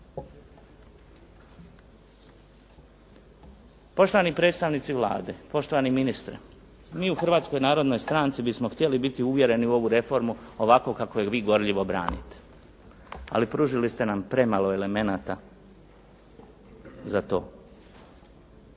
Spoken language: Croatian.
Poštovani predstavnici Vlade, poštovani ministre. Mi u Hrvatskoj narodnoj stranci bismo htjeli biti uvjereni u ovu reformu ovako kako je vi gorljivo branite. Ali pružili ste nama premalo elemenata za to.